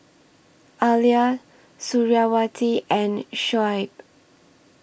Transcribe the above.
Alya Suriawati and Shoaib